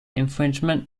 infringement